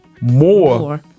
more